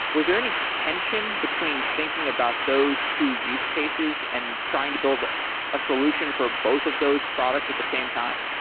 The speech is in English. was there any tension between thinking about those two use cases and trying to build a solution for both of those products at the same time?